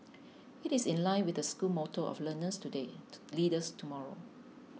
it is in line with the school motto of learners today leaders tomorrow